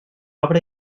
obra